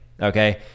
okay